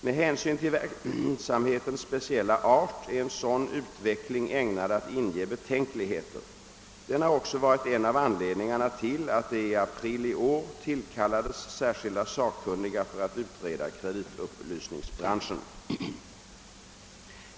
Med hänsyn till verksamhetens speciella art är en sådan utveckling ägnad att inge betänkligheter. Den har också varit en av anledningarna till att det i april i år tillkallades särskilda sakkunniga för att utreda kreditupplysningsbranschen.